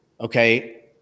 okay